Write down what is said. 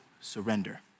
surrender